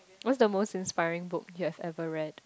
what's the most inspiring book you have ever read